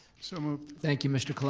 so moved. thank you mr. colon,